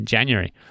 January